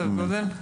באיזה סדר גודל?